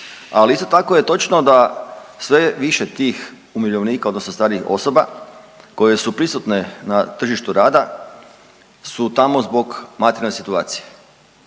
ali isto tako je točno da sve više tih umirovljenika, odnosno starijih osoba koje su prisutne na tržištu rada su tamo zbog materijalne situacije,